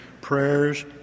prayers